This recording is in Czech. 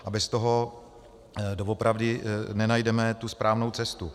A bez toho doopravdy nenajdeme tu správnou cestu.